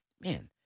man